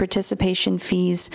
participation fees